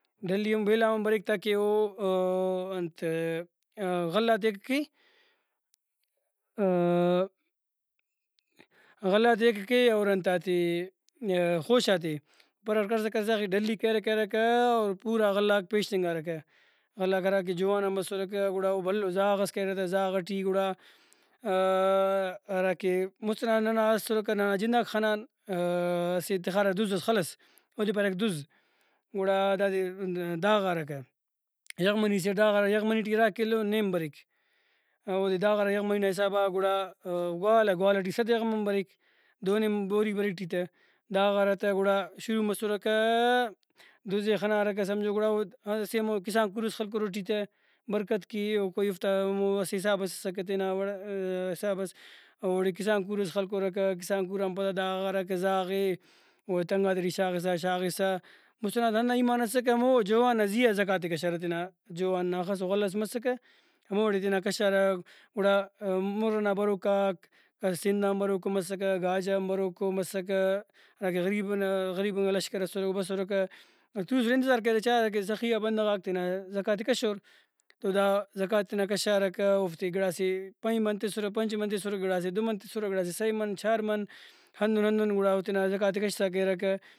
ڈھلی ہمو بیلان با بریک تاکہ او انت غلہ غاتے کہ غلہ تے کہ اور انتاتے خوشہ غاتے پرغٹ کرسا کرسا آخر ٹی ڈھلی کریرہ کریرکہ اور پورا غلہ غاک پیشتنگارکہ غلہ غاک ہراکہ جوہان آن بسرکہ گڑا او بھلو زاغ ئس کریرہ تہ زاغ ٹی گڑا ہراکہ مُست ئنا ننا اسرکہ ننا جنداک خنان اسہ تخارہ دُز ئس خلس اودے پاریرکہ دُز گڑا دادے داغارکہ یغمنی سیٹ داغارہ یغمنی ٹی اِرا کلو نیم بریک۔ اودے داغارہ یغمنی نا حسابا گڑا گوالہ گوالہ ٹی صد یغمنی بریک دو نیم بوری بریک ٹی تہ داغارہ تہ گڑا شروع مسرکہ دُز ئے خنارکہ سمجھو گڑا اود اسہ ہمو کسانکُور ئس خلکرہ ٹی تہ برکت کے ؤ ایفتا اسہ حسابس اسکہ تینا وڑ حسابس اوڑے کسانکور خلکرکہ کسانکوران پدا داغارکہ زاغے گڑا تنگاتے ٹی شاغسا شاغسا مُست ئنا ہندا ایمان اسکہ ہمو جوہان نا زیہا زکوٰۃ ئے کشارہ تینا جوہان نا ہخسو غلہ ئس مسکہ ہموڑے تینا کشارہ گڑا مُر ئنا بروکاک کس سندھ آن بروکو مسکہ گاج آن بروکو مسکہ ہراکہ غریبنگا غریبنگا لشکر اسرہ او بسرکہ توسرہ انتظار کریرہ چارہ کہ سخی آ بندغاک تینا زکوٰۃ ئے کشور تو دا زکوٰۃ ئے تینا کشارکہ اوفتے گڑاسے پنچ من تسرہ پنچ من تسرہ گڑاسے دو من تسرہ گڑاسے سئے من چار من ہندن ہندن گڑا او تینا زکوٰۃ ئے کشسا کریرکہ